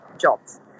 jobs